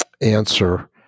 answer